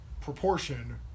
proportion